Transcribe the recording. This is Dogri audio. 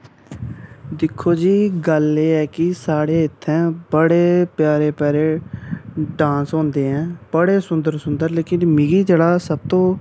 दिक्खो जी गल्ल एह् कि साढ़े इत्थें बड़े प्यारे प्यारे डांस होंदे ऐ बड़े सुन्दर सुन्दर लेकिन मिगी जेह्ड़ा सब तो